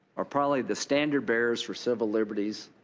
are probably the standard bearers for civil liberties.